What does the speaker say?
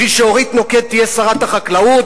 בשביל שאורית נוקד תהיה שרת החקלאות?